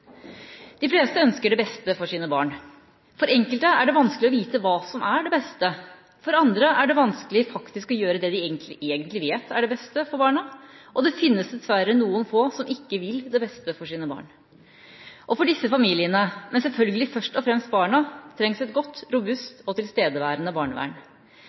De fleste ønsker det beste for sine barn. For enkelte er det vanskelig å vite hva som er det beste, for andre er det vanskelig faktisk å gjøre det de egentlig vet er det beste for barna – og det finnes dessverre noen få som ikke vil det beste for sine barn. For disse familiene, men selvfølgelig først og fremst for barna, trengs et godt, robust og tilstedeværende barnevern.